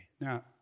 Now